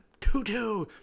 tutu